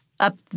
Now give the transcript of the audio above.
up